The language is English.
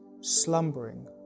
slumbering